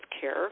care